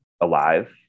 alive